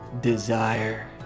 desire